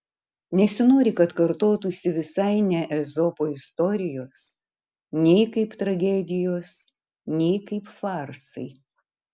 nesinori kad kartotųsi visai ne ezopo istorijos nei kaip tragedijos nei kaip farsai